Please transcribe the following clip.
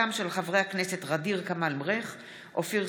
עודד פורר,